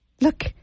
Look